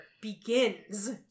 begins